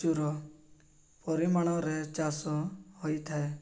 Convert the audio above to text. ପ୍ରଚୁର ପରିମାଣରେ ଚାଷ ହୋଇଥାଏ